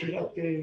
ראש עיריית ירוחם